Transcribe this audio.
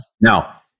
Now